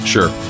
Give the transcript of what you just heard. Sure